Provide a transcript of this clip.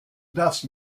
darfst